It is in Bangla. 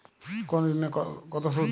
কোন ঋণে কত সুদ?